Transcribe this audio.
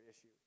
issue